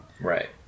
Right